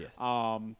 Yes